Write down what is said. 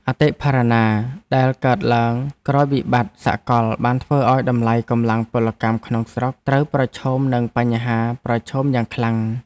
អតិផរណាដែលកើតឡើងក្រោយវិបត្តិសកលបានធ្វើឱ្យតម្លៃកម្លាំងពលកម្មក្នុងស្រុកត្រូវប្រឈមនឹងបញ្ហាប្រឈមយ៉ាងខ្លាំង។